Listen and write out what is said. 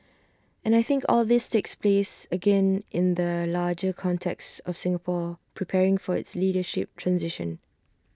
and I think all this takes place again in that larger context of Singapore preparing for its leadership transition